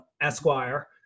Esquire